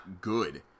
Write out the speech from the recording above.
good